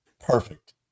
perfect